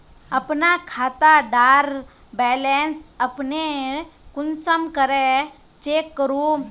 अपना खाता डार बैलेंस अपने कुंसम करे चेक करूम?